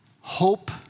Hope